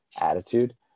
attitude